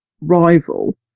rival